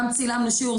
גם צילמנו שיעור,